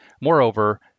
Moreover